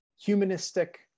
humanistic